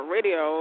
Radio